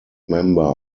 member